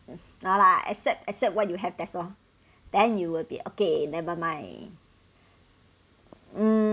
no lah except except what you have that's all then you will be okay never mind mm